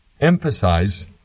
emphasize